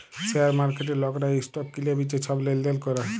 share মার্কেটে লকরা stock কিলে বিঁচে ছব লেলদেল ক্যরে